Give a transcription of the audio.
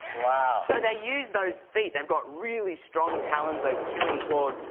wow. so, they use those feet they've got really strong talons, those killing claws.